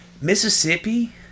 mississippi